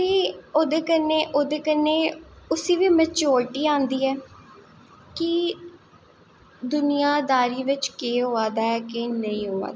ते ओह्दे कन्नैं उसी बी मैचोरिटी आंदी ऐ कि दुनियां दारी बिच्च केह् होआ दा ऐ केह् नेंई होआ दा